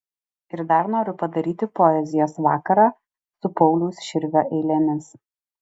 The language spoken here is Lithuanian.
ir dar noriu padaryti poezijos vakarą su pauliaus širvio eilėmis